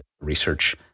research